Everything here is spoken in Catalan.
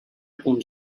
punt